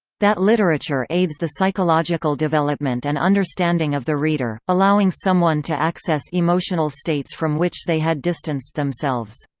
that literature aids the psychological development and understanding of the reader, allowing someone to access emotional states from which they had distanced themselves.